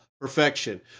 perfection